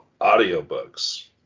audiobooks